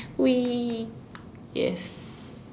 !whee! yes